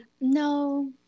No